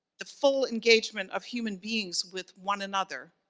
the full engagement of human beings with one another,